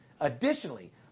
Additionally